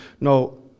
No